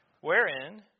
wherein